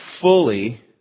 fully